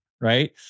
right